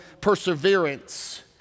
perseverance